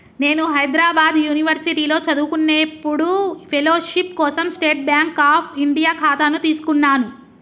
నేను హైద్రాబాద్ యునివర్సిటీలో చదువుకునేప్పుడు ఫెలోషిప్ కోసం స్టేట్ బాంక్ అఫ్ ఇండియా ఖాతాను తీసుకున్నాను